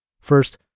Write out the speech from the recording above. First